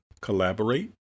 collaborate